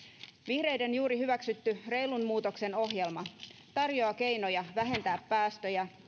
vihreiden juuri hyväksytty reilun muutoksen ohjelma tarjoaa keinoja vähentää päästöjä